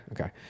Okay